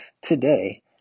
today